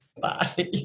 Bye